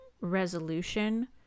resolution